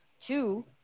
two